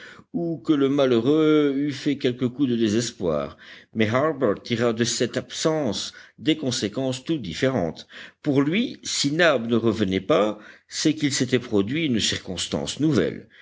ou que le malheureux eût fait quelque coup de désespoir mais harbert tira de cette absence des conséquences toutes différentes pour lui si nab ne revenait pas c'est qu'il s'était produit une circonstance nouvelle